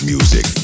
Music